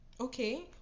Okay